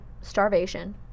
starvation